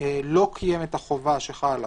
לא קיים את החובה שחלה עליו,